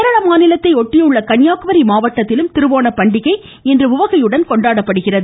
கேரள மாநிலத்தை அட்டியுள்ள கன்னியாகுமரி மாவட்டத்திலும் திருவோண பண்டிகை இன்று உவகையுடன் கொண்டாடப்படுகிறது